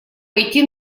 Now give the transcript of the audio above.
пойти